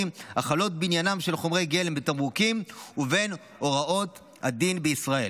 החלות בעניינם של חומרי גלם בתמרוקים לבין הוראות הדין בישראל.